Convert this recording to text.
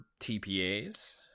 TPAs